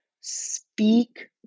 speak